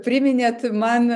priminėt man